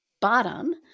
bottom